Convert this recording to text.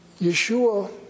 Yeshua